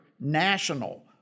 National